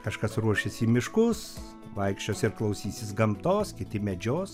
kažkas ruošis į miškus vaikščios ir klausysis gamtos kiti medžios